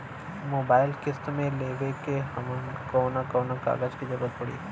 Mobile किस्त मे लेवे के ह कवन कवन कागज क जरुरत पड़ी?